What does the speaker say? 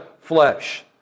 flesh